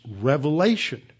revelation